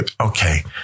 okay